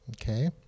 Okay